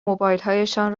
موبایلهایشان